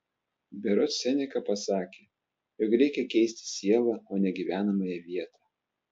berods seneka pasakė jog reikia keisti sielą o ne gyvenamąją vietą